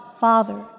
Father